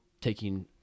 taking